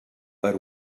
per